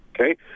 okay